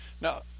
Now